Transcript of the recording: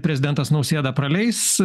prezidentas nausėda praleis